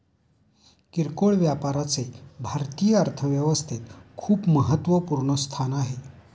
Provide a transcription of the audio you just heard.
किरकोळ व्यापाराचे भारतीय अर्थव्यवस्थेत खूप महत्वपूर्ण स्थान आहे